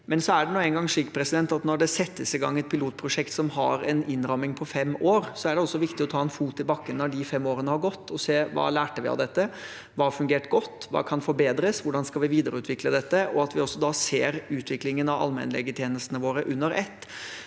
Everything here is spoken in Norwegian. men så er det nå engang slik at når det settes i gang et pilotprosjekt som har en innramming på fem år, er det også viktig å ta en fot i bakken når de fem årene har gått og se hva vi lærte av dette, hva som har fungert godt, hva som kan forbedres, hvordan vi skal videreutvikle dette, og at vi ser utviklingen av allmennlegetjenestene våre under ett.